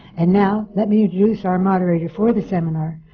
and now let me introduce our moderator for the seminar.